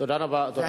תודה רבה, אדוני השר.